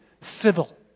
civil